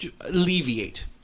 Alleviate